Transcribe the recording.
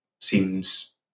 seems